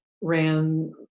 ran